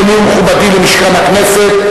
אדוני ומכובדי למשכן הכנסת,